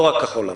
לא רק כחול לבן,